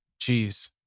Jeez